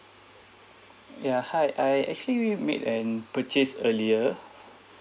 ya hi I actually made an purchased earlier